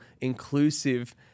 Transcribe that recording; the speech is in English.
inclusive